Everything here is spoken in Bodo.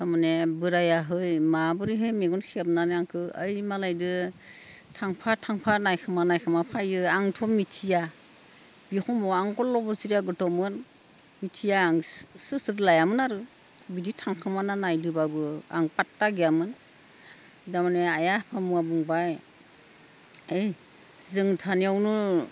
थारमाने बोराइयाहै माब्रैहाय मेगन खेबनानै आंखौ ओइ मालायजों थांफा थांफा नायखोमा नायखोमा फैयो आंथ' मिथिया बे समाव आं सल्ल' बसरिया गथ'मोन मिथिया आं सोर सोर लायामोन आरो बिदि थांखोमाना नायदोंबाबो आं फाथ्था गैयामोन तारमाने आइ आफामोहा बुंबाय ओय जों थानायावनो